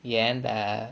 ஏன்டா:yaendaa